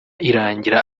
irangira